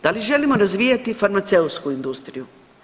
Da li želimo razvijati farmaceutsku industriju?